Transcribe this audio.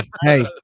hey